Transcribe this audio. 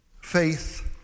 Faith